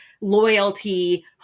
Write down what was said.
loyalty